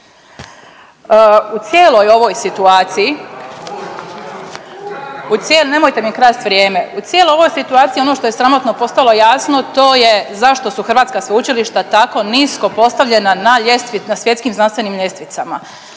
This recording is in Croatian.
u cijeloj, nemojte mi krasti vrijeme, u cijeloj ovoj situaciji, ono što je sramotno postalo jasno, to je zašto su hrvatska sveučilišta tako nisko postavljena na, na svjetskim znanstvenim ljestvicama.